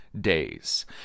days